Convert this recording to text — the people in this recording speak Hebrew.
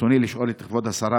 ברצוני לשאול את כבוד השרה: